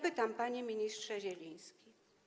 Pytam, panie ministrze Zieliński: